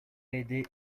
aidé